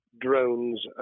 drones